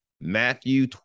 Matthew